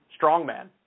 strongman